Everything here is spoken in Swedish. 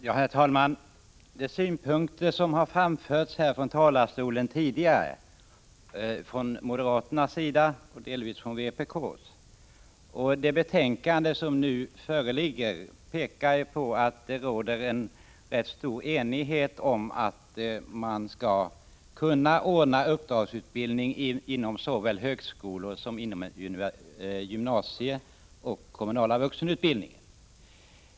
Herr talman! De synpunkter som framförts här från talarstolen tidigare, från moderat sida och delvis från vpk, samt det utskottsbetänkande som föreligger pekar på att det råder en rätt stor enighet om att man skall kunna ordna uppdragsutbildning inom såväl högskolorna som gymnasieskolan och den kommunala vuxenutbildningen.